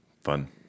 Fun